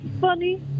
funny